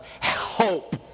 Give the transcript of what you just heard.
hope